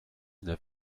neuf